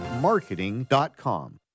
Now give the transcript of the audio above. marketing.com